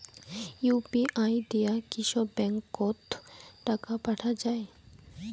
UPI দিয়া কি সব ব্যাংক ওত টাকা পাঠা যায়?